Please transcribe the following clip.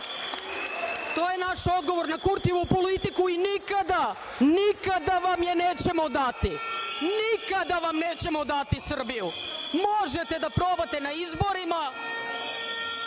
je naš odgovor na Kurtijevu politiku i nikada vam je nećemo dati, nikada vam nećemo dati Srbiju, možete da probate na izborima.